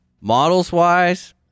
Models-wise